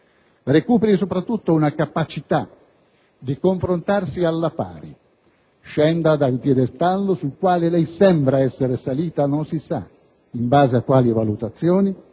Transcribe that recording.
Recuperi soprattutto la capacità di confrontarsi alla pari, scendendo dal piedistallo sul quale sembra essere salita (non si sa in base a quali valutazioni)